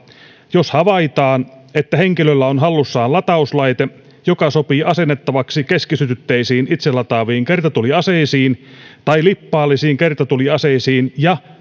jos havaitaan että henkilöllä on hallussaan latauslaite joka sopii asennettavaksi keskisytytteisiin itselataaviin kertatuliaseisiin tai lippaallisiin kertatuliaseisiin ja